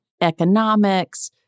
economics